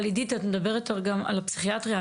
אבל עידית, את מדברת גם על הפסיכיאטריה.